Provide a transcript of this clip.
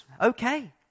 Okay